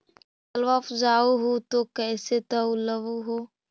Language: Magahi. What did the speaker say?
फसलबा उपजाऊ हू तो कैसे तौउलब हो?